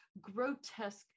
grotesque